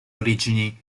origini